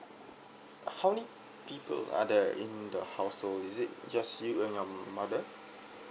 how many people are there in the household is it just you and your mother